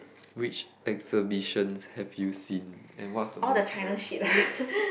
which exhibitions have you seen and what's the most